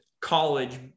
college